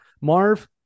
Marv